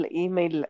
email